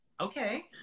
Okay